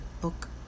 Book